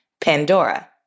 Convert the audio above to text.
Pandora